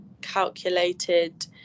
calculated